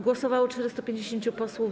Głosowało 450 posłów.